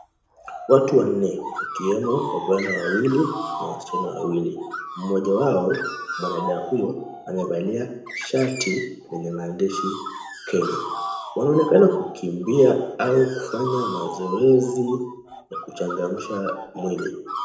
Watu wanne wakiwemo wavulana wawili na wasichana wawili. Mmoja wao mwanadada huyo amevalia shati lenye maandishi Kenya. Wanaonekana kukimbia au kufanya mazoezi na kuchangamsha mwili.